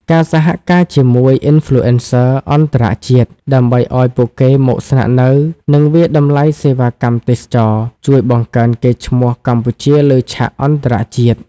ការសហការជាមួយ Influencer អន្តរជាតិ ដើម្បីឱ្យពួកគេមកស្នាក់នៅ និងវាយតម្លៃសេវាកម្មទេសចរណ៍ ជួយបង្កើនកេរ្តិ៍ឈ្មោះកម្ពុជាលើឆាកអន្តរជាតិ។